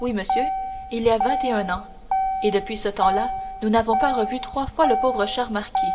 oui monsieur il y a vingt et un ans et depuis ce temps-là nous n'avons pas revu trois fois le pauvre cher marquis